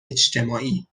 اجتماعی